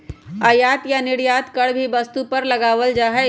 आयात या निर्यात कर भी वस्तु पर लगावल जा हई